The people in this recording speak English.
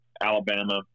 Alabama